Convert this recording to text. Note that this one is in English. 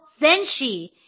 Zenshi